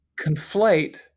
conflate